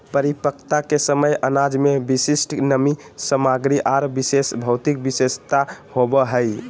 परिपक्वता के समय अनाज में विशिष्ट नमी सामग्री आर विशेष भौतिक विशेषता होबो हइ